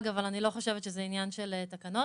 אבל אני לא חושבת שזה עניין של תקנות.